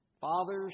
Fathers